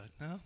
no